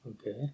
Okay